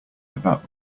about